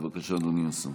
בבקשה, אדוני השר.